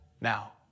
now